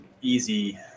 easy